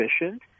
efficient